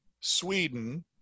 Sweden